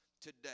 today